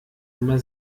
nummer